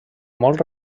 molt